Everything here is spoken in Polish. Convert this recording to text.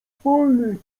polnych